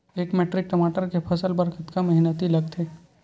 एक मैट्रिक टमाटर के फसल बर कतका मेहनती लगथे?